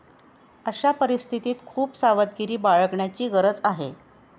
अशा परिस्थितीत खूप सावधगिरी बाळगण्याची गरज आहे